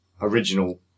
original